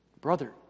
brother